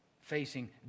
facing